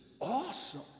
awesome